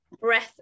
breath